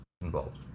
involved